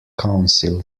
council